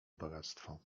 bogactwo